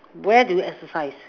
where do you exercise